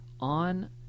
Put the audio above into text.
on